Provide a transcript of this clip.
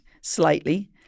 Slightly